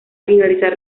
finalizar